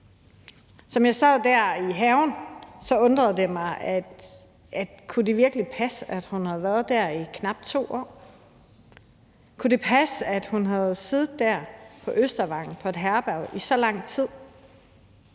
Som jeg sad der i haven, undrede det mig, at det virkelig kunne passe, at hun havde været der i knap 2 år. Kunne det passe, at hun havde siddet der på Østervang på et herberg i så lang tid,